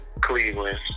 Cleveland